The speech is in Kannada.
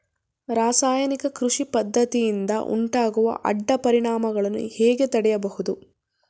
ರಾಸಾಯನಿಕ ಕೃಷಿ ಪದ್ದತಿಯಿಂದ ಉಂಟಾಗುವ ಅಡ್ಡ ಪರಿಣಾಮಗಳನ್ನು ಹೇಗೆ ತಡೆಯಬಹುದು?